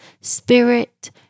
spirit